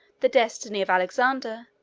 the destiny of alexander,